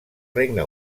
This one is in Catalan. regne